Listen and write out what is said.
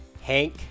Hank